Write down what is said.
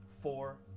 four